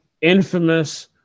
Infamous